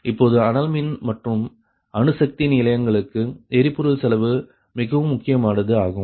இப்பொழுது அனல்மின் மற்றும் அணு சக்தி நிலையங்களுக்கு எரிபொருள் செலவு மிகவும் முக்கியமானது ஆகும்